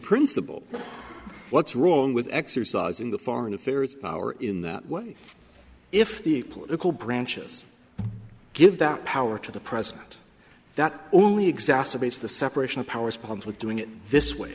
principle what's wrong with exercising the foreign affairs power in that way if the political branches give that power to the president that only exacerbates the separation of powers problems with doing it this way